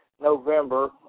November